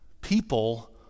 people